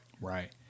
right